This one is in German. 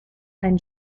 einen